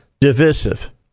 divisive